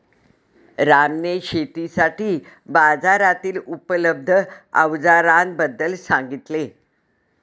रामने शेतीसाठी बाजारातील उपलब्ध अवजारांबद्दल सांगितले